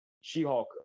She-Hulk